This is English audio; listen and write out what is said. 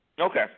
Okay